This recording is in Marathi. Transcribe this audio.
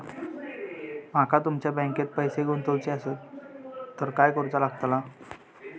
माका तुमच्या बँकेत पैसे गुंतवूचे आसत तर काय कारुचा लगतला?